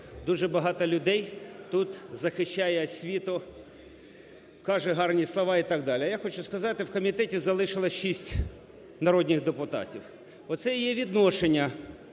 дуже багато людей тут захищає освіту, каже гарні слова і так далі. А я хочу сказати, в комітеті залишилось 6 народних депутатів. Оце і є відношення